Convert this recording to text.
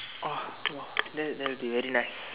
!wah! that that'll be very nice